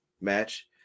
match